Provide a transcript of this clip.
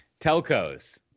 Telcos